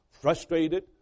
frustrated